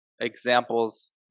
examples